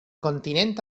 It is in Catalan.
continent